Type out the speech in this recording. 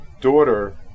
daughter